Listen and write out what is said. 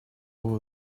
over